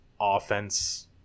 offense